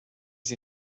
sie